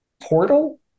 portal